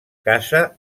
casa